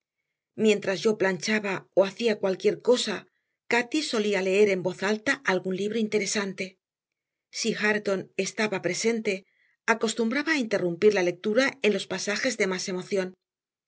mientras yo planchaba o hacía cualquier cosa cati solía leer en voz alta algún libro interesante si hareton estaba presente acostumbraba a interrumpir la lectura en los pasajes de más emoción